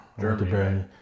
Germany